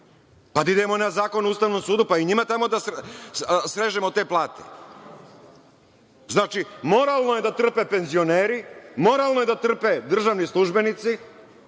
pa da idemo na Zakon o Ustavnom sudu, pa i njima tamo da srežemo te plate. Znači, moralno je da trpe penzioneri, moralno je trpe državni službenici,